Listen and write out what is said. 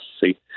See